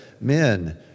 Men